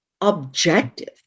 objective